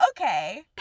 okay